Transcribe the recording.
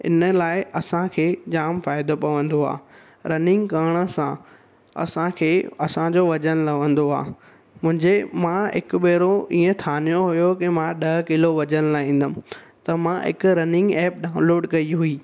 इन लाइ असांखे जाम फ़ाइदो पवंदो आहे रनिंग करण सां असांखे असांजो वज़न लहंदो आहे मुंहिंजे मां हिकु ॿहिरो ईअं ठानियो हुयो के मां ॾह किलो वज़न लाहींदमि त मां हिक रनिंग एप डाउनलोड कई हुई